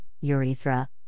urethra